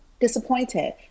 disappointed